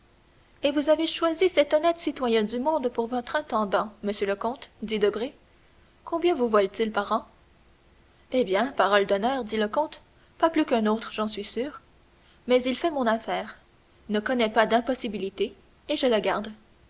et vous avez choisi cet honnête citoyen du monde pour votre intendant monsieur le comte dit debray combien vous vole t il par an eh bien parole d'honneur dit le comte pas plus qu'un autre j'en suis sûr mais il fait mon affaire ne connaît pas d'impossibilité et je le garde